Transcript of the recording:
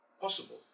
possible